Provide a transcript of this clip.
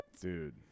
dude